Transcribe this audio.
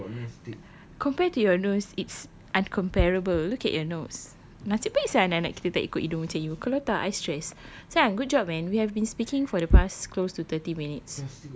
dude compare to your nose it's uncomparable look at your nose nasib baik sia anak-anak kita tak ikut hidung macam you kalau tak I stress sayang good job man we have been speaking for the past close to thirty minutes